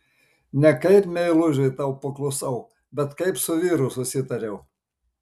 ne kaip meilužiui tau paklusau bet kaip su vyru susitariau